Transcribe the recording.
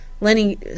Lenny